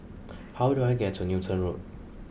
how do I get to Newton Road